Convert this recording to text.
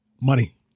money